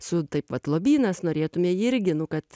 su taip vat lobynas norėtume jį irgi nu kad